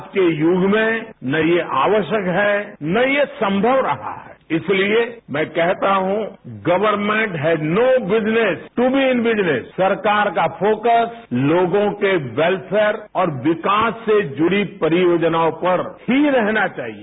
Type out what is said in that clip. आज के युग में न यह आवश्यक है न यह संमय रहा है इसलिए मै कहता हूं कि government has no business to be in business सरकार का फोकस लोगों के वेलफेयर और विकास से जुड़ी परियोजनाओं पर ही रहना चाहिए